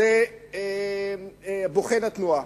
זה בוחן התנועה.